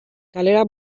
kalera